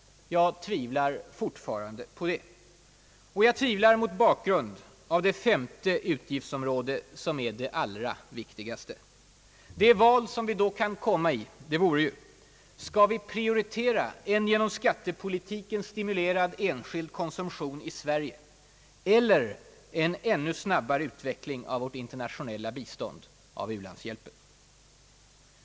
Jag tvivlar fortfarande på det. Och jag tvivlar mot bakgrunden av det femte utgiftsområdet, som är det allra viktigaste. Det val som vi då kunde komma i vore ju: Skall vi prioritera en genom skattepolitiken stimulerad enskild konsumtion i Sverige eller en ännu snabbare utveckling av vårt internationella bistånd, av u-landshjälpen?